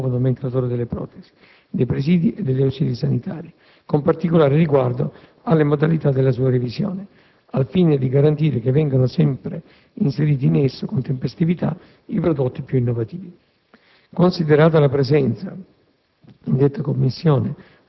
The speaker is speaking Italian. Questa Commissione ha un ruolo specifico nella definizione del nuovo Nomenclatore delle protesi, dei presidi e degli ausili sanitari, con particolare riguardo alle modalità della sua revisione, al fine di garantire che vengano sempre inseriti in esso con tempestività i prodotti più innovativi.